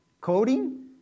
Coding